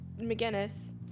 McGinnis